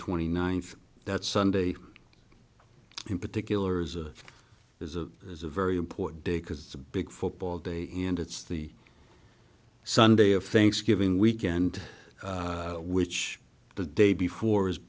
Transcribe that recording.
twenty ninth that's sunday in particular is a is a is a very important day because it's a big football day and it's the sunday of thanksgiving weekend which the day before is